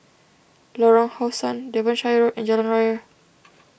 Lorong How Sun Devonshire Road and Jalan Raya